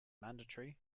mandatory